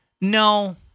No